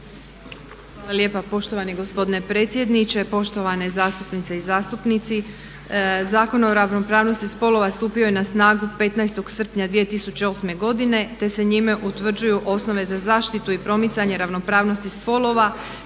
Hvala lijepa poštovani gospodine predsjedniče. Poštovane zastupnice i zastupnici. Zakon o ravnopravnosti spolova stupio je na snagu 15.srpnja 2008. godine te se njime utvrđuju osnove za zaštitu i promicanje ravnopravnosti spolova